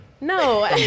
No